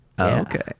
Okay